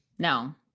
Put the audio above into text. No